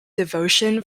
devotion